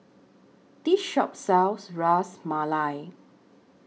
This Shop sells Ras Malai